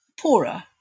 poorer